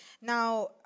Now